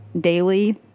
daily